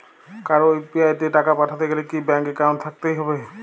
কারো ইউ.পি.আই তে টাকা পাঠাতে গেলে কি ব্যাংক একাউন্ট থাকতেই হবে?